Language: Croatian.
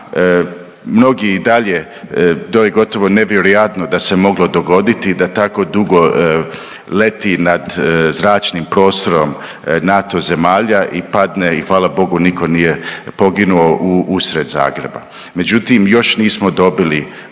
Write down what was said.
Mnogi i dalje to je gotovo nevjerojatno da se moglo dogoditi da tako dugo leti nad zračnim prostorom NATO zemalja i padne i hvala Bogu nitko nije poginuo usred Zagreba. Međutim još nismo dobili